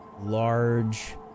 large